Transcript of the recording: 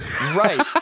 Right